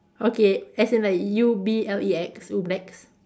okay as in like U B L E X Ublex